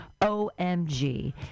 OMG